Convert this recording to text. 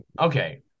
Okay